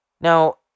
Now